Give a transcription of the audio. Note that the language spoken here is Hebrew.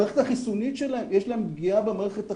יש להם פגיעה במערכת החיסון,